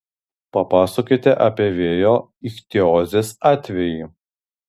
papasakokite apie vėjo ichtiozės atvejį